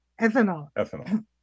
ethanol